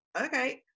Okay